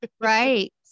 right